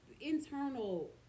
internal